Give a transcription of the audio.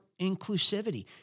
inclusivity